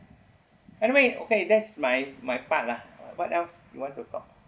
anyway okay that's my my part lah what else you want to talk